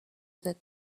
that